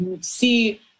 see